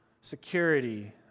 security